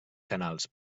canals